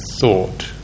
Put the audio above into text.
thought